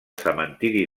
cementiri